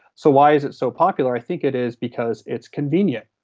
so why is it so popular? i think it is because it's convenient.